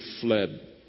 fled